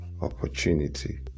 opportunity